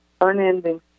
unending